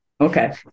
Okay